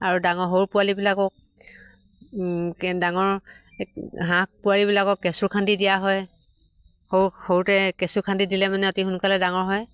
আৰু ডাঙৰ সৰু পোৱালিবিলাকক ডাঙৰ হাঁহ পোৱালিবিলাকক কেঁচু খান্দি দিয়া হয় সৰু সৰুতে কেঁচু খান্দি দিলে মানে অতি সোনকালে ডাঙৰ হয়